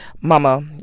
mama